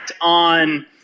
on